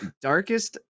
darkest